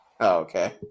Okay